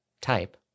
Type